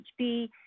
HB